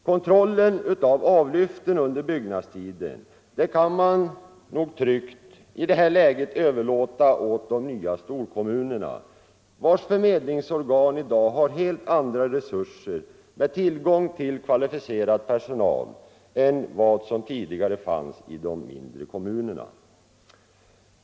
Kontrollen av avlyften under byggnadstiden kan man nog i det här läget tryggt överlåta åt de nya storkommunerna, vilkas förmedlingsorgan i dag har helt andra resurser, med tillgång till kvalificerad personal, än vad som tidigare fanns i de mindre kommunerna.